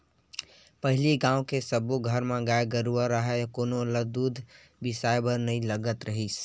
पहिली गाँव के सब्बो घर म गाय गरूवा राहय कोनो ल दूद बिसाए बर नइ लगत रिहिस